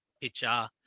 pitcher